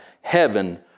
heaven